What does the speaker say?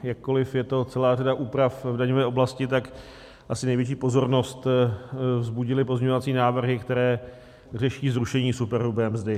Jakkoliv je to celá řada úprav v daňové oblasti, tak asi největší pozornost vzbudily pozměňovací návrhy, které řeší zrušení superhrubé mzdy.